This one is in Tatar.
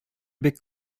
бик